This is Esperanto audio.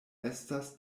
estas